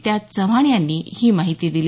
त्यात चव्हाण यांनी ही माहिती दिली